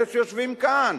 אלה שיושבים כאן.